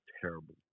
terrible